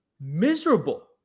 miserable